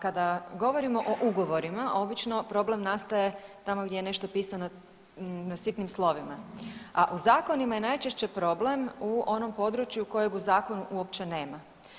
Kada govorimo o ugovorima obično problem nastaje tamo gdje je nešto pisano na sitnim slovima, a u zakonima je najčešće problem u onom području kojeg u zakonu uopće nema.